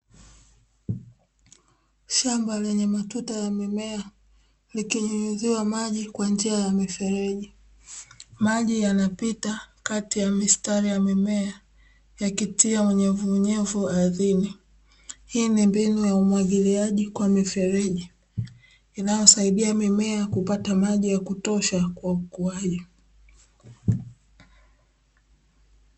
Shamba lenye matunda ya mimea likinyunyiziwa maji kwa njia ya mifereji, maji yanapita kati ya mistari ya mimea yakitia wenye unyevuunyevu ardhini. Hii ni mbinu ya umwagiliaji kwa mifereji inayosaidia mimea kupata maji ya kutosha kwa ukuaji.